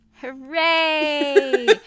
Hooray